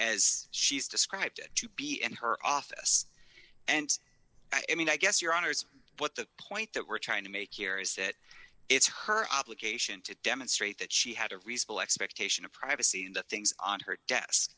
as she's described it to be in her office and i mean i guess your honour's what the point that we're trying to make here is that it's her obligation to demonstrate that she had a reasonable expectation of privacy in the things on her desk